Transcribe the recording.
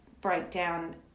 breakdown